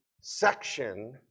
section